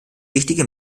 wichtige